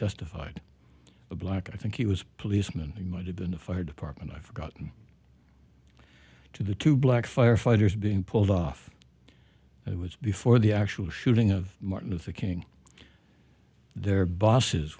justified the black i think he was policeman he might have been the fire department i've forgotten to the two black firefighters being pulled off it was before the actual shooting of martin luther king their bosses